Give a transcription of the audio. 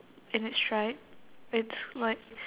and it's stripe it's like